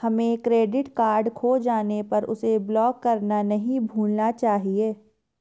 हमें credit card खो जाने पर उसे ब्लॉक करना नहीं भूलना चाहिए